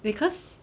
because